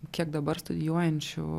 kiek dabar studijuojančių